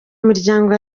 miryango